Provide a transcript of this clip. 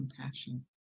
compassion